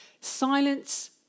Silence